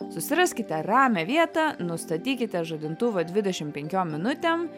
susiraskite ramią vietą nustatykite žadintuvą dvidešim penkiom minutėm